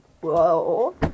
Whoa